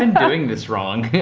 and doing this wrong. yeah